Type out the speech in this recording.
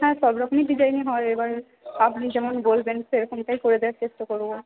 হ্যাঁ সব রকমই ডিজাইন হয় এবার আপনি যেমন বলবেন সেই রকমটাই করে দেওয়ার চেষ্টা করবো